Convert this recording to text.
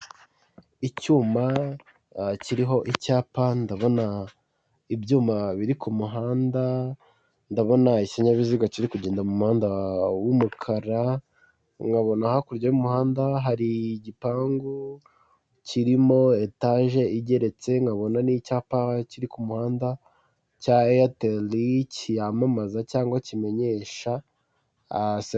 Icyuma kiririho icyapa ndabona ibyuma biri ku muhanda ndabona ikinyabiziga kiri kugenda muhanda w'umukara nkabona hakurya y'umuhanda hari igipangu kirimo etage igeretse nkabona n'icyapa kiri ku muhanda cya eyateri cyamamaza cyangwa kimenyesha serivise zayo.